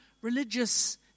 religious